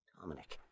Dominic